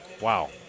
Wow